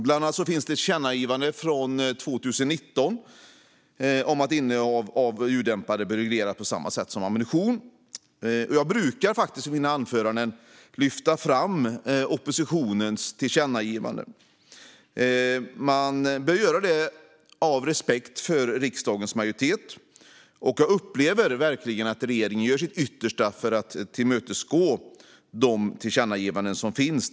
Bland annat finns det ett tillkännagivande från 2019 om att innehav som ljuddämpare bör regleras på samma sätt som ammunition. Jag brukar i mina anföranden lyfta fram oppositionens tillkännagivanden. Man bör göra det av respekt för riksdagens majoritet. Jag upplever verkligen att regeringen gör sitt yttersta för att tillmötesgå de tillkännagivanden som finns.